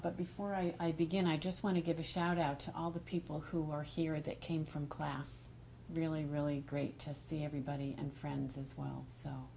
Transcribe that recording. but before i begin i just want to give a shout out to all the people who were here that came from class really really great to see everybody and friends as w